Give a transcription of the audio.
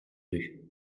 rues